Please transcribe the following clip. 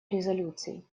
резолюции